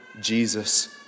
Jesus